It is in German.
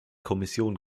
kommission